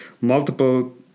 multiple